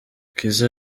kizza